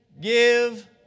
give